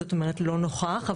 זאת אומרת לא נוכח,